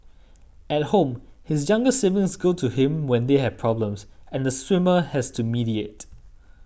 at home his younger siblings go to him when they have problems and the swimmer has to mediate